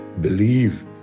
Believe